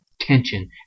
tension